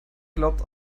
glaubt